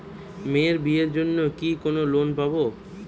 মেয়ের বিয়ের জন্য কি কোন লোন পাব?